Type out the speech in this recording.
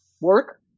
work